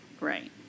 Right